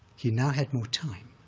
he now had more time,